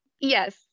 Yes